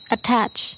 Attach